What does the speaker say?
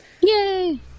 Yay